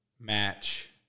Match